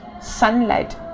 sunlight